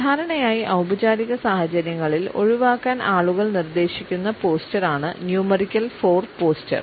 സാധാരണയായി ഔപചാരിക സാഹചര്യങ്ങളിൽ ഒഴിവാക്കാൻ ആളുകൾ നിർദ്ദേശിക്കുന്ന പോസ്ചർ ആണ് ന്യൂമറിക്കൽ 4 പോസ്ചർ